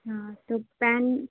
ہاں تو پین